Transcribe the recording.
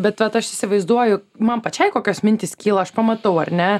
bet vat aš įsivaizduoju man pačiai kokios mintys kyla aš pamatau ar ne